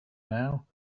now